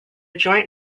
joint